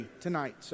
tonight